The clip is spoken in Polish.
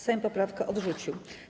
Sejm poprawkę odrzucił.